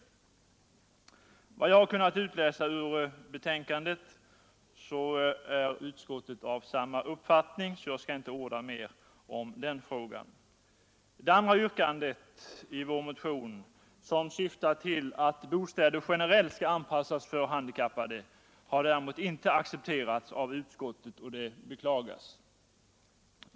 Efter vad jag har kunnat utläsa ur betänkandet är utskottet av samma uppfattning, så jag skall inte orda mer om den frågan. Det andra yrkandet i vår motion, som syftar till att bostäder generellt skall anpassas för handikappade, har däremot inte accepterats av utskottet, och det beklagas.